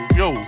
yo